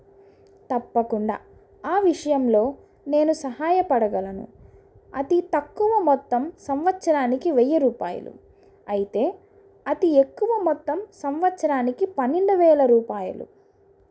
తప్పకుండా ఆ విషయంలో నేను సహాయపడగలను అతి తక్కువ మొత్తం సంవత్సరానికి వెయ్యి రూపాయలు అయితే అతి ఎక్కువ మొత్తం సంవత్సరానికి పన్నెండు వేల రూపాయలు